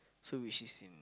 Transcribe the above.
so which is in